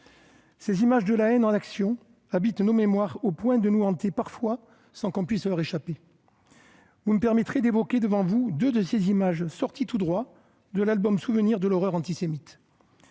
Ces images de la haine en action habitent nos mémoires au point de nous hanter parfois sans qu'on puisse leur échapper. Vous me permettrez d'évoquer devant vous, deux de ces images sorties tout droit de l'album souvenir de l'horreur antisémite.